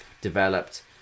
developed